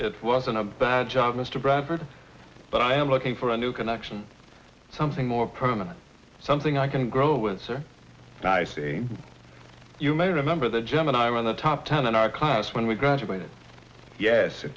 it wasn't a bad job mr bradford but i am looking for a new connection something more permanent something i can grow with her by saying you may remember the gemini were on the top ten in our class when we graduated yes it